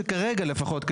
כרגע לפחות,